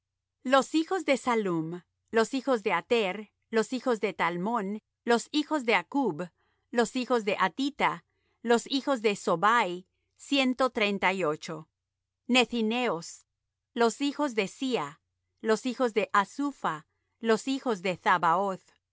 los hijos de sallum los hijos de ater los hijos de talmón los hijos de accub los hijos de hatita los hijos de sobai ciento treinta y ocho nethineos los hijos de siha los hijos de hasupha los hijos de